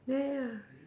ya ya ya